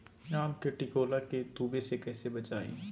आम के टिकोला के तुवे से कैसे बचाई?